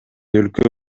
өлкө